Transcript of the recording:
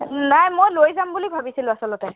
নাই মই লৈ যাম বুলি ভাবিছিলোঁ আচলতে